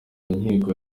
nkiko